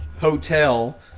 hotel